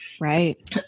right